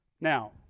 Now